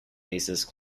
bassist